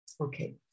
Okay